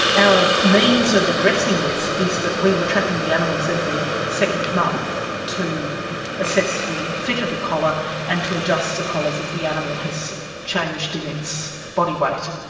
our means of addressing this is that we were trapping the animals every second month to assess the fit of the collar and to adjust the collars if the animal has changed in its body weight.